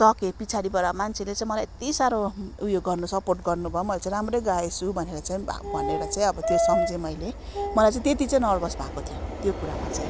सकेँ पछाडिबाट मान्छेले चाहिँ मलाई यत्ति साह्रो उयो गर्नु सपोर्ट गर्नुभयो मैले चाहिँ राम्रै गाएछु भनेर चाहिँ भनेर चाहिँ अब त्यो सम्झिएँ मैले मलाई चाहिँ त्यति चाहिँ नर्भस भएको थियो त्यो कुरामा चाहिँ